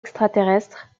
extraterrestre